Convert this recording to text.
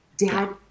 Dad